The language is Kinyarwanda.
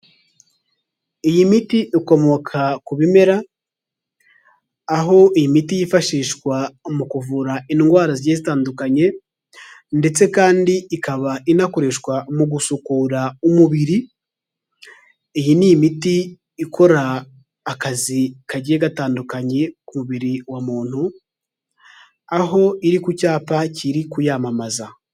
Iyi miti ikomoka ku bimera, aho iyi imiti yifashishwa mu kuvura indwara zigiye zitandukanye ndetse kandi ikaba inakoreshwa mu gusukura umubiri, iyi ni imiti ikora akazi kagiye gatandukanye ku mubiri wa muntu, aho iri ku cyapa kiri kuyamamaza.